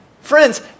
Friends